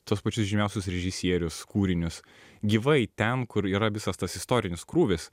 tuos pačius žymiausius režisierius kūrinius gyvai ten kur yra visas tas istorinis krūvis